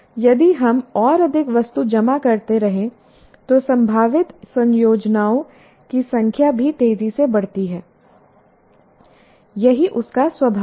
यदि हम और अधिक वस्तु जमा करते रहें तो संभावित संयोजनों की संख्या भी तेजी से बढ़ती है यही उसका स्वभाव है